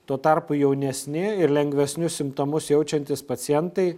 tuo tarpu jaunesni ir lengvesnius simptomus jaučiantys pacientai